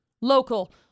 Local